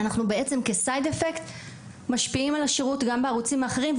אנחנו בעצם כ- Side effect משפיעים על השירות גם בערוצים האחרים,